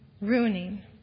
Ruining